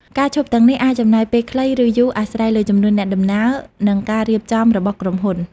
ការឈប់ទាំងនេះអាចចំណាយពេលខ្លី ឬយូរ អាស្រ័យលើចំនួនអ្នកដំណើរ និងការរៀបចំរបស់ក្រុមហ៊ុន។